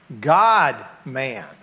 God-man